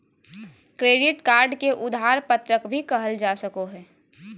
credit card के उधार पत्रक भी कहल जा सको हइ